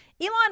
Elon